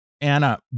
Anna